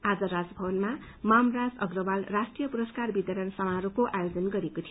आज राजभवनमा मामराज अप्रवाल राष्ट्रीय पुरस्कार वितरण समारोहको आयोजन गरिएको थियो